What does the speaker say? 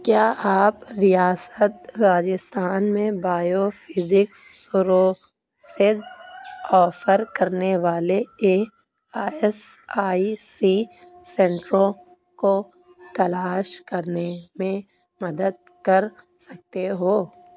کیا آپ ریاست راجستھان میں بایو فزکس سروسز آفر کرنے والے اے ایس آئی سی سنٹروں کو تلاش کرنے میں مدد کر سکتے ہو